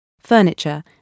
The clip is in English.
furniture